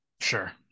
sure